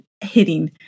hitting